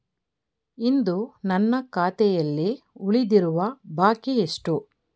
ಇಂದು ನನ್ನ ಖಾತೆಯಲ್ಲಿ ಉಳಿದಿರುವ ಬಾಕಿ ಎಷ್ಟು?